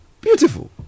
Beautiful